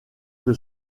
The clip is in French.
que